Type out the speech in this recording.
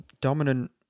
dominant